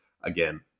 again